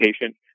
patient